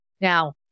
Now